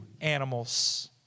animals